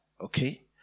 Okay